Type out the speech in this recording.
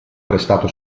prestato